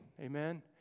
Amen